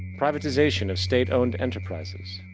privatization of state-owned enterprises.